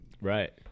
right